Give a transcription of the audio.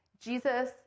Jesus